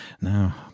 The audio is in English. now